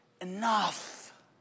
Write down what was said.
enough